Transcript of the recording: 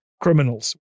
criminals